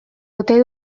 ote